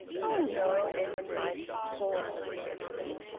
oh no! edwin lightly scorned the suggestion.